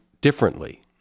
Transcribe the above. differently